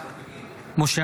(קורא בשמות חברי הכנסת) משה